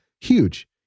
huge